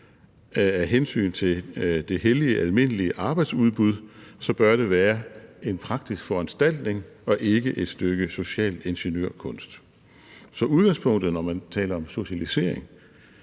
af hensyn til det hellige almindelige arbejdsudbud, bør det være en praktisk foranstaltning og ikke et stykke social ingeniørkunst. Så udgangspunktet, når man taler om socialisering,